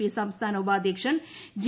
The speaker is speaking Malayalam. പി സംസ്ഥാന ഉപാധ്യക്ഷൻ ജെ